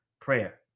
prayer